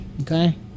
Okay